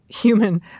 human